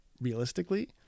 realistically